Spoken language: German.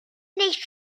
nicht